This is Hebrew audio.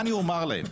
מה אני אומר להם?